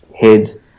head